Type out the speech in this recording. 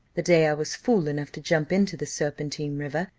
the day i was fool enough to jump into the serpentine river,